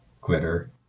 glitter